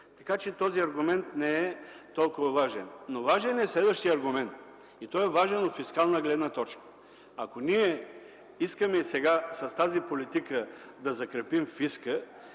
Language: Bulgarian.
така че този аргумент не е толкова важен. Важен е следващият аргумент и той е важен от фискална гледна точка. Ако ние искаме сега, с тази политика, да закрепим фиска